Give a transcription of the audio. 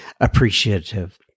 appreciative